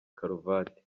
karuvati